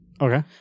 Okay